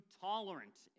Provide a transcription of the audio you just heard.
tolerant